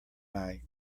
night